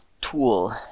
tool